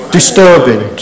Disturbing